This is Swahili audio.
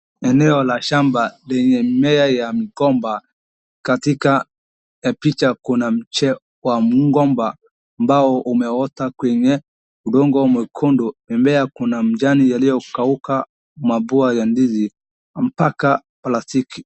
Eneo la shamba lenye mimea ya migomba. katika picha kuna mche wa mgomba ambao umeota kwenye udongo mwekundu. Mimea kuna majani yaliyo kauka mambua ya ndizi mpaka plastiki.